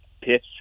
pitch